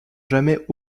jamais